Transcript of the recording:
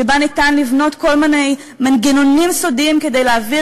שבה ניתן לבנות כל מיני מנגנונים סודיים כדי להעביר